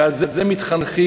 ועל זה מתחנכים